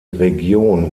region